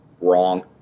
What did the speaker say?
wrong